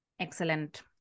Excellent